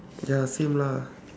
ya same lah